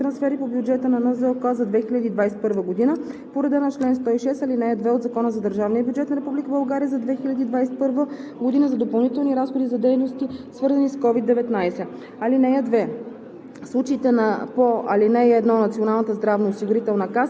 става § 13: „§ 13. (1) Министерският съвет може да одобрява допълнителни трансфери по бюджета на НЗОК за 2021 г. по реда на чл. 106, ал. 2 от Закона за държавния бюджет на Република България за 2021 г. за допълнителни разходи за дейности, свързани с COVID 19. (2)